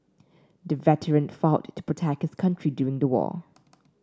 the veteran fought to protect his country during the war